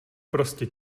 prostě